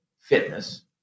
Fitness